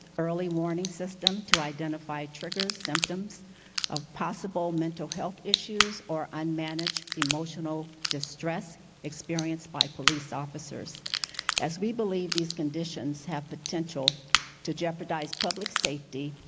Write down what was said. early warning system to identify triggers, symptoms of possible mental health issues or unmanaged emotional distress experienced by police officers as we believe these conditions have potential to jeopardize public safety,